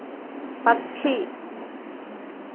पक्षी